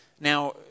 Now